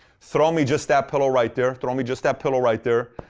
throw me just that pillow right there. throw me just that pillow right there.